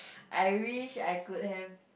I wish I could have